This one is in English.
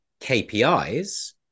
KPIs